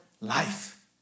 life